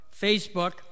Facebook